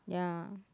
ya